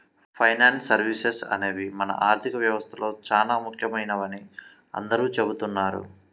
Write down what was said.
finance services అనేవి మన ఆర్థిక వ్యవస్థలో చానా ముఖ్యమైనవని అందరూ చెబుతున్నారు